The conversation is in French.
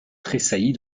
tressaillit